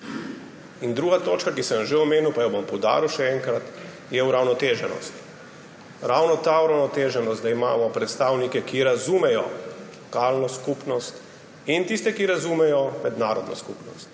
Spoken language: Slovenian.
Druga točka, ki sem jo že omenil pa jo bom poudaril še enkrat, je uravnoteženost. Ravno ta uravnoteženost, da imamo predstavnike, ki razumejo lokalno skupnost, in tiste, ki razumejo mednarodno skupnost,